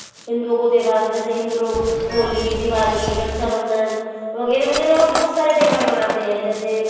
हिन्दुओ के त्योहार जैसे हिन्दू लोग होली दिवाली रक्षाबंधन वगैरह वगैरह बहुत सारे त्योहार मानते हैं जैसे